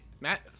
Matt